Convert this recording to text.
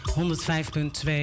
105.2